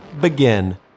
begin